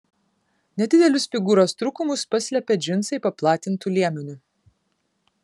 nedidelius figūros trūkumus paslepia džinsai paplatintu liemeniu